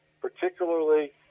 particularly